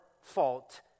fault